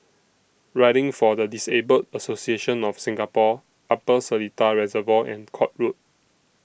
Riding For The Disabled Association of Singapore Upper Seletar Reservoir and Court Road